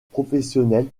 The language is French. professionnel